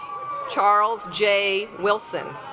charles j wilson